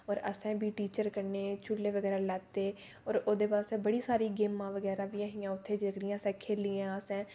और असें बी टीचर कन्नै झूले बगैरा लैते और ओह्दे बाद बड़ी सारी गेमां बगैरा बी ऐ हियां जेहड़ियां असें खेलियां असें